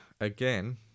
again